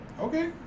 okay